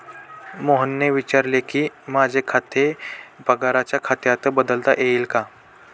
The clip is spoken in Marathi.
मोहनने विचारले की, माझे खाते पगाराच्या खात्यात बदलता येईल का